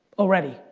already,